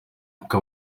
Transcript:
kuko